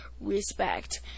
respect